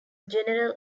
general